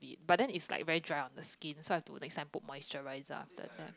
but then is like very dry on the skin so I to next time put moisturizer after the it